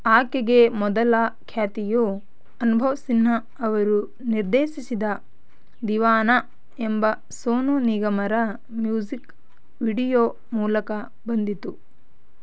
ಆಕೆಗೆ ಮೊದಲ ಖ್ಯಾತಿಯು ಅನುಭವ್ ಸಿನ್ಹಾ ಅವರು ನಿರ್ದೇಶಿಸಿದ ದಿವಾನಾ ಎಂಬ ಸೋನು ನಿಗಮರ ಮ್ಯೂಸಿಕ್ ವಿಡಿಯೋ ಮೂಲಕ ಬಂದಿತು